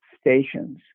stations